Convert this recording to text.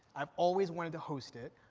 i've always wanted to host it.